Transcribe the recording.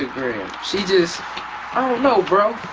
she just, i don't know, bro,